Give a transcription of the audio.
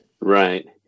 Right